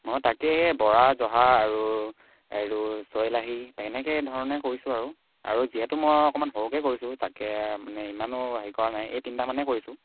মই তাকেই সেই বৰা জহা আৰু এই ছয়লাহী তেনেকৈ ধৰণে কৰিছোঁ আৰু আৰু যিহেতু মই অকমান সৰুকৈ কৰিছোঁ তাকে মানে ইমানো হেৰি কৰা নাই এই তিনিটা মানেই কৰিছোঁ